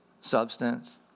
substance